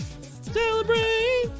Celebrate